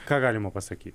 ką galima pasakyt